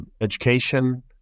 education